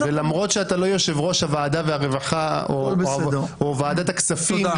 למרות שאתה לא יושב-ראש ועדת העבודה הרווחה או ועדת הכספים,